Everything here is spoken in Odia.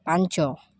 ପାଞ୍ଚ